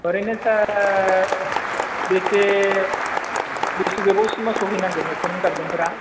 ओरैनो सार बेसे बेसे गोबाव सिमाव सौहै नांगोन नखरनि गारजेनफोरा